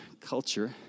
culture